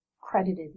credited